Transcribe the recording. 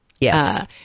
Yes